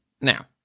Now